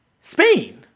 Spain